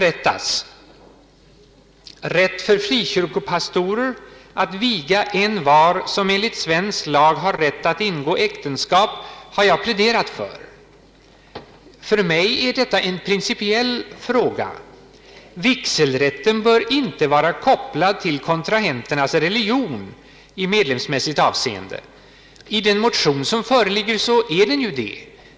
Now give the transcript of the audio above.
Rätt för frikyrkopastorer att viga envar som enligt svensk lag har rätt att ingå äktenskap har jag pläderat för. För mig är detta en principiell fråga. Vigselrätten bör inte vara kopplad till kontrahenternas religion i medlemsmässigt avseende. I den motion som föreligger är den det.